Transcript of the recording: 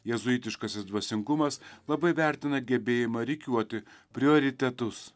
jėzuitiškasis dvasingumas labai vertina gebėjimą rikiuoti prioritetus